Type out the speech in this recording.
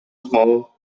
small